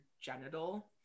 genital